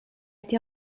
été